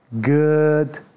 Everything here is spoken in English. good